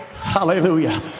hallelujah